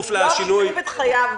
יואב הקריב את חייו,